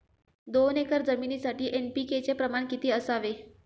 दोन एकर जमीनीसाठी एन.पी.के चे प्रमाण किती असावे?